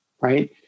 right